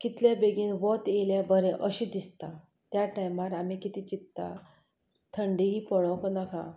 कितले बेगीन वोत येयलें बरें अशें दिसता त्या टायमार आमी कितें चिंततात थंडी ही पडपाची नाका